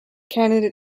candidate